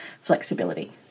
flexibility